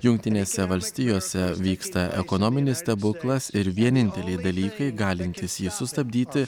jungtinėse valstijose vyksta ekonominis stebuklas ir vieninteliai dalykai galintys jį sustabdyti